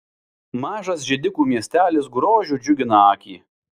mažas židikų miestelis grožiu džiugina akį